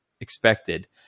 expected